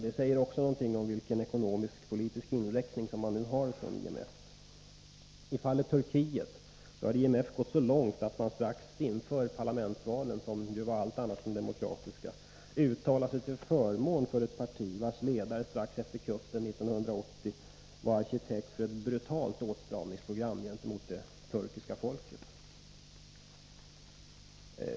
Det säger också någonting om vilken ekonomisk-politisk inriktning IMF har. I fallet Turkiet har IMF gått så långt att man strax före parlamentsvalen — som var allt annat än demokratiska — uttalade sig till förmån för ett parti vars ledare strax efter kuppen 1980 var arkitekt för ett brutalt åtstramningsprogram gentemot det turkiska folket.